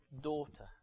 daughter